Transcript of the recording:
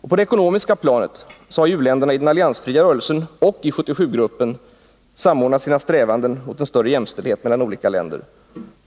På det ekonomiska planet har u-länderna i den alliansfria rörelsen och i 77-gruppen samordnat sina strävanden mot en större jämställdhet mellan olika länder.